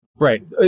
right